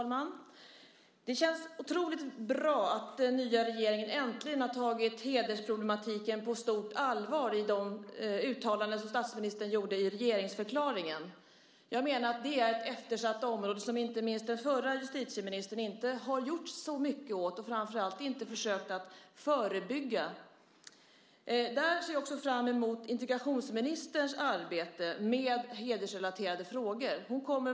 Fru talman! Det känns oerhört bra att den nya regeringen äntligen tagit hedersproblematiken på stort allvar, vilket framkom av de uttalanden som statsministern gjorde i samband med regeringsförklaringen. Jag menar att det är ett eftersatt område som inte minst den förra justitieministern inte gjort särskilt mycket åt och framför allt inte försökt förebygga. Jag ser också fram emot integrationsministerns arbete med hedersrelaterade frågor.